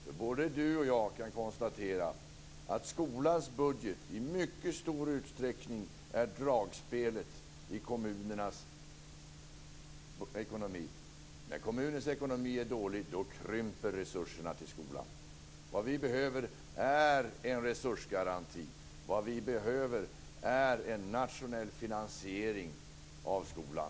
Både Torgny Danielsson och jag kan konstatera att skolans budget i mycket stor utsträckning är dragspelet i kommunernas ekonomi. När kommunens ekonomi är dålig krymper resurserna till skolan. Vad vi behöver är en resursgaranti. Vad vi behöver är en nationell finansiering av skolan.